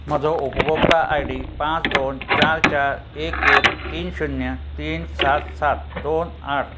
म्हजो उपभोक्ता I D पांच दोन चार चार एक एक तीन शुन्य तीन सात सात दोन आठ